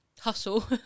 hustle